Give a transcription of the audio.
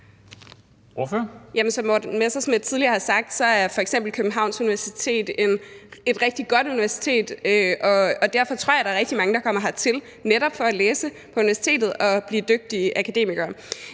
tidligere har sagt, er f.eks. Københavns Universitet et rigtig godt universitet, og derfor tror jeg, at der er rigtig mange, der kommer hertil, for netop at læse på universitetet og blive dygtige akademikere.